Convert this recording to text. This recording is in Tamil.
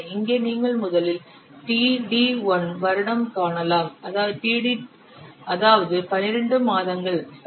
இங்கே நீங்கள் முதலில் td1 வருடம் காணலாம் அதாவது 12 மாதங்கள் சரி